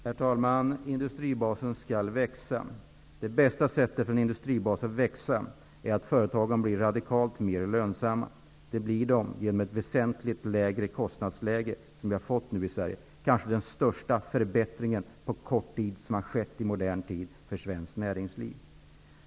Herr talman! Industribasen skall växa. Det bästa sättet för en industribas att växa är att företagen blir radikalt mer lönsamma. Det blir de genom ett väsentligt lägre kostnadsläge, som vi nu har fått i Sverige. Det är kanske den största förbättringen för svenskt näringsliv i modern tid, som har skett på kort tid.